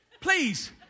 Please